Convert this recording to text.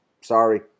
sorry